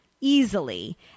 easily